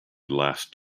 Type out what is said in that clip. last